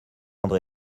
andré